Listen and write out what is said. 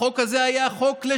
החוק הזה היה לשמצה,